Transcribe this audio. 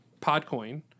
Podcoin